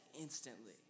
instantly